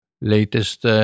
latest